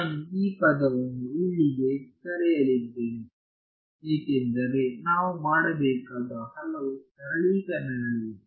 ನಾನು ಈ ಪದವನ್ನು ಇಲ್ಲಿಗೆ ಕರೆಯಲಿದ್ದೇನೆ ಏಕೆಂದರೆ ನಾವು ಮಾಡಬೇಕಾದ ಹಲವು ಸರಳೀಕರಣಗಳಿವೆ